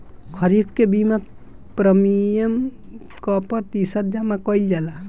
खरीफ के बीमा प्रमिएम क प्रतिशत जमा कयील जाला?